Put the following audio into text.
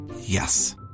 Yes